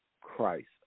Christ